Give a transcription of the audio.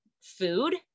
food